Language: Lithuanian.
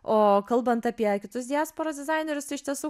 o kalbant apie kitus diasporos dizainerius tai iš tiesų